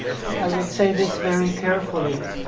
look i will say this very carefully